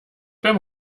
beim